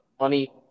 money